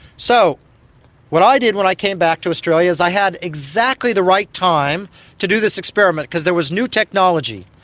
so what i did when i came back to australia is i had exactly the right time to do this experiment because there was new technology.